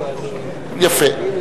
יפה.